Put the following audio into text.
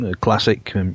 classic